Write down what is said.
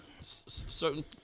certain